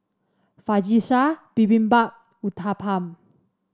Fajitas Bibimbap Uthapam